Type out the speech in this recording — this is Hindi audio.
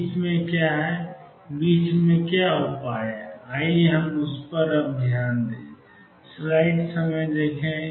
बीच में क्या है बीच में क्या उपाय है आइए हम उस पर ध्यान दें